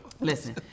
listen